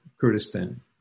Kurdistan